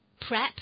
prep